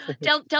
Tell